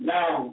Now